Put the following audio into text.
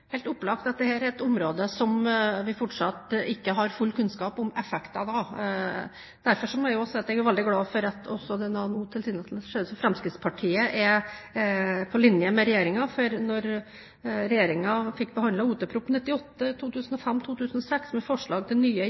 helt opplagt at dette er et område hvor vi fortsatt ikke har full kunnskap om effektene. Derfor må jeg også si at jeg er veldig glad for at det nå tilsynelatende ser ut til at Fremskrittspartiet er på linje med regjeringen, for da regjeringen fikk behandlet Ot.prp. nr. 98 for 2005–2006 med forslag til nye